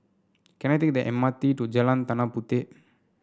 can I take the M R T to Jalan Tanah Puteh